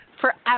forever